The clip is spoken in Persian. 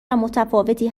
متفاوتی